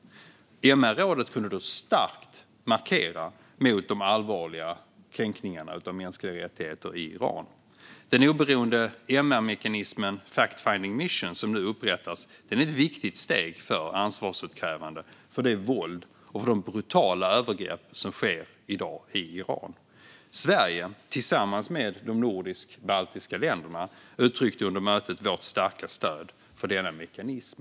MRrådet kunde då starkt markera mot de allvarliga kränkningarna av mänskliga rättigheter i Iran. Den oberoende MR-mekanismen fact-finding mission som nu upprättats är ett viktigt steg för ansvarsutkrävande när det gäller våldet och de brutala övergreppen som sker i dag i Iran. Sverige uttryckte tillsammans med de nordisk-baltiska länderna under mötet vårt starka stöd för denna mekanism.